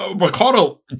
Ricardo